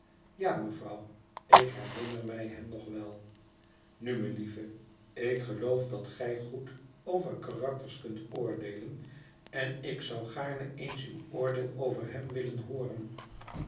ja mevrouw ik herinner mij hem nog wel nu melieve ik geloof dat gij goed over karakters kunt oordeelen en ik zou gaarne eens uw oordeel over hem willen hooren